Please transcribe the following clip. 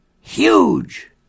Huge